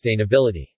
sustainability